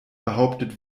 behauptet